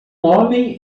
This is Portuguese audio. homem